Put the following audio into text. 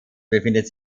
befindet